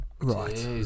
right